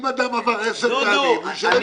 אם אדם עבר 10 פעמים הוא ישלם יותר.